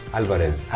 Alvarez